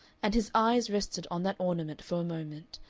and his eyes rested on that ornament for a moment,